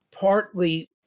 partly